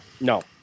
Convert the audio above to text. No